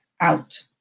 out